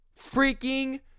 freaking